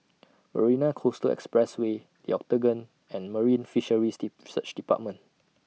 Marina Coastal Expressway Yo Octagon and Marine Fisheries Research department